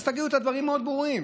אז תגידו את הדברים מאוד ברור.